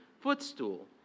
footstool